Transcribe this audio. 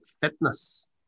Fitness